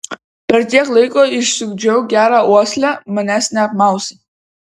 per tiek laiko išsiugdžiau gerą uoslę manęs neapmausi